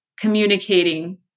communicating